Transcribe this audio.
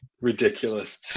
Ridiculous